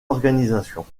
organisations